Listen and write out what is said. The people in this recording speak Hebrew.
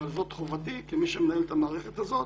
אבל זאת חובתי כמי שמנהל את המערכת הזאת,